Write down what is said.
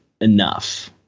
enough